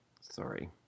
Sorry